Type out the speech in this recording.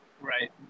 Right